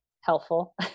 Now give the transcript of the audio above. helpful